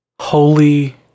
holy